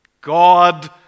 God